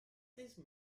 this